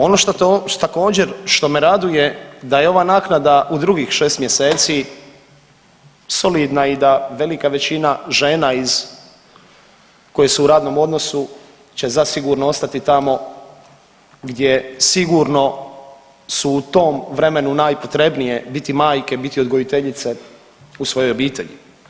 Ono što također što me raduje da je ova naknada u drugih 6 mjeseci solidna i da velika većina žena iz, koje su u radnom odnosu će zasigurno ostati tamo gdje sigurno su u tom vremenu najpotrebnije, biti majke, biti odgojiteljice u svojoj obitelji.